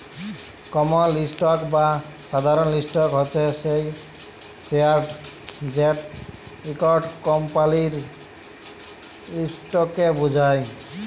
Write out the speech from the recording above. কমল stock বা সাধারল stock হছে সেই শেয়ারট যেট ইকট কমপালির ইসটককে বুঝায়